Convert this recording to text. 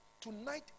Tonight